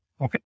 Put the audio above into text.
okay